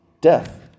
Death